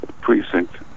precinct